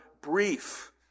brief